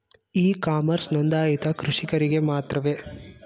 E commerce ನೊಂದಾಯಿತ ಕೃಷಿಕರಿಗೆ ಮಾತ್ರವೇ?